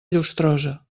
llustrosa